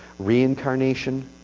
reincarnation,